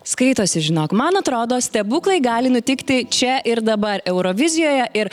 skaitosi žinok man atrodo stebuklai gali nutikti čia ir dabar eurovizijoje ir